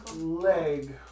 Leg